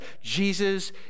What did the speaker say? Jesus